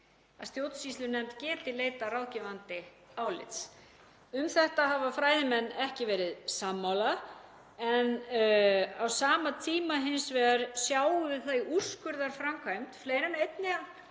að stjórnsýslunefnd geti leitað ráðgefandi álits. Um þetta hafa fræðimenn ekki verið sammála en á sama tíma sjáum við það hins vegar í úrskurðarframkvæmd fleiri en einnar